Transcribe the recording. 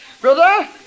Brother